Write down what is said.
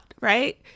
right